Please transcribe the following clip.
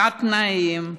תת-תנאים,